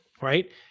right